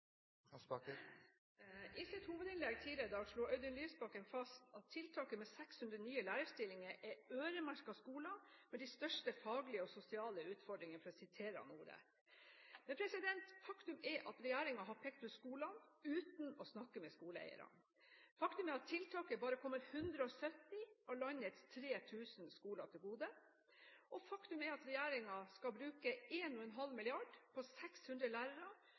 utdanningssystemet. I sitt hovedinnlegg tidligere i dag slo Audun Lysbakken fast at tiltaket med 600 nye lærerstillinger er øremerket skoler «med de største faglige og sosiale utfordringer», for å sitere ham ordrett. Faktum er at regjeringen har pekt ut skolene uten å snakke med skoleeierne. Faktum er at tiltaket bare kommer 170 av landets 3 000 skoler til gode. Og faktum er at regjeringen skal bruke 1,5 mrd. kr på 600 lærere